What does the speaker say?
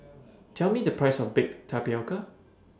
Tell Me The Price of Baked Tapioca